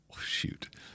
shoot